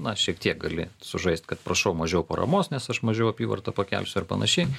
na šiek tiek gali sužaist kad prašau mažiau paramos nes aš mažiau apyvartą pakelsiu ar panašiai